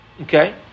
okay